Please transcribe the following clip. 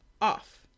off